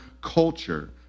culture